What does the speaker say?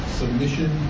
submission